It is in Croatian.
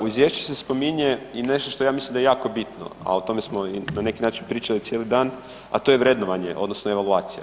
U Izvješću se spominje i nešto to ja mislim da je jako bitno, a o tome smo i na neki način pričali cijeli dan, a to je vrednovanje, odnosno evaluacija.